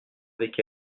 avec